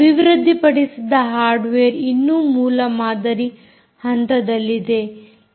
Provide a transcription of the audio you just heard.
ಅಭಿವೃದ್ದಿಪಡಿಸಿದ hardware ಇನ್ನೂ ಮೂಲಮಾದರಿ ಹಂತದಲ್ಲಿದೆ